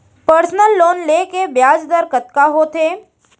Personal loan ले के ब्याज दर कतका होथे?